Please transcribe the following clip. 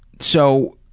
so.